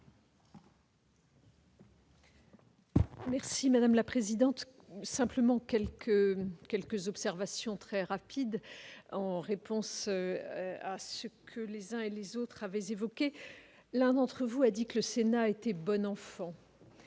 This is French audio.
Merci madame la présidente, simplement quelques quelques observations très rapides, en réponse à ce que les uns et les autres avaient évoqué l'un d'entre vous a dit que le Sénat était bon enfant.